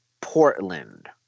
Portland